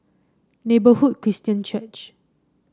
Neighbourhood Christian Church